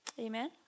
Amen